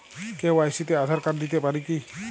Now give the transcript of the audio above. KYC তে Aadhaar card দিতে পারি কি?